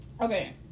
Okay